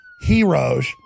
heroes